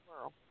world